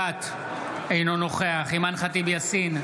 אינו נוכח אימאן ח'טיב יאסין,